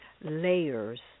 layers